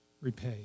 repay